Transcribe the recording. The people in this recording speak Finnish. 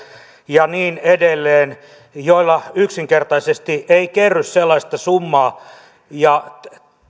ja niin edelleen joilla yksinkertaisesti ei kerry sellaista summaa